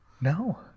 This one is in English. no